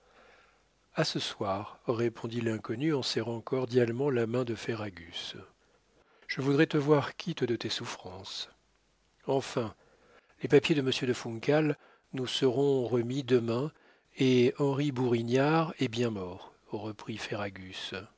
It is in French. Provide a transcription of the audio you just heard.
ce soir répondit l'inconnu en serrant cordialement la main de ferragus je voudrais te voir quitte de tes souffrances enfin les papiers de monsieur de funcal nous seront remis demain et henri bourignard est bien mort reprit